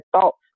thoughts